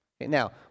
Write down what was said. Now